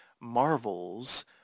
Marvel's